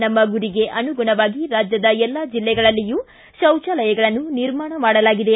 ನಮ್ಮ ಗುರಿಗೆ ಅನುಗುಣವಾಗಿ ರಾಜ್ಯದ ಎಲ್ಲಾ ಜಿಲ್ಲೆಗಳಲ್ಲಿಯೂ ಶೌಚಾಲಯಗಳನ್ನು ನಿರ್ಮಾಣ ಮಾಡಲಾಗಿದೆ